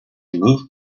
moved